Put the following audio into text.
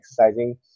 exercising